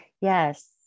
Yes